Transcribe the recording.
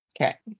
Okay